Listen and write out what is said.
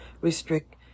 restrict